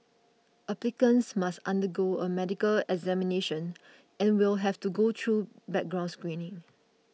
applicants must undergo a medical examination and will have to go through background screening